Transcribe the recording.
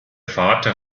vater